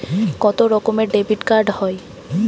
কত রকমের ডেবিটকার্ড হয়?